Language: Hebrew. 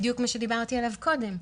בדיוק מה שדיברתי עליו קודם,